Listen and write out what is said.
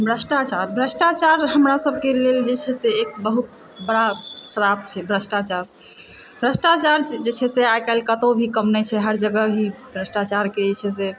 भ्रष्टाचार भ्रष्टाचार हमरा सभके लेल जे छै से एक बहुत बड़ा श्राप छै भ्रष्टाचार जे छै से आइकाल्हिकऽ कतहुँ भी कम नहि छै हर जगह ही भ्रष्टाचारके जे छै से